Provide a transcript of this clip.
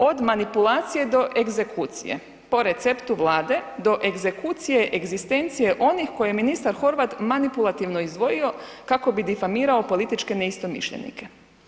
Od manipulacije do egzekucije, po receptu Vlade do egzekucije egzistencije onih koje je ministar Horvat manipulativno izdvojio kako bi difamirao političke neistomišljenike.